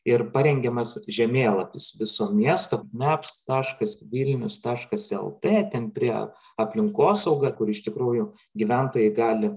ir parengiamas žemėlapis viso miesto meps taškas vilnius taškas el t ten prie aplinkosauga kur iš tikrųjų gyventojai gali